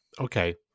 Okay